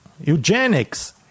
Eugenics